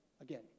again